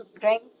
drink